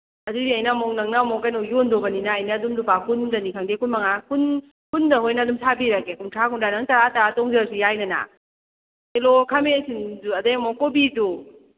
ꯑꯗꯨꯗꯤ ꯑꯩꯅ ꯑꯃꯨꯛ ꯅꯪꯅ ꯑꯃꯨꯛ ꯀꯩꯅꯣ ꯌꯣꯟꯗꯣꯕꯅꯤꯅ ꯑꯩꯅ ꯑꯗꯨꯝ ꯂꯨꯄꯥ ꯀꯨꯟꯗꯅꯤ ꯈꯪꯗꯦ ꯀꯨꯟꯃꯉꯥ ꯀꯨꯟ ꯀꯨꯟꯗ ꯑꯣꯏꯅ ꯑꯗꯨꯝ ꯁꯥꯕꯤꯔꯒꯦ ꯀꯨꯟꯊ꯭ꯔꯥ ꯀꯨꯟꯊ꯭ꯔꯥ ꯅꯪ ꯇꯔꯥ ꯇꯔꯥ ꯇꯣꯡꯖꯔꯁꯨ ꯌꯥꯏꯗꯅ ꯀꯤꯂꯣ ꯈꯥꯃꯦꯟ ꯑꯁꯤꯟꯁꯨ ꯑꯗꯩ ꯑꯃꯨꯛ ꯀꯣꯕꯤꯁꯨ